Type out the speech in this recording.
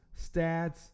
stats